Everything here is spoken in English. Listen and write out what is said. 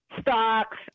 stocks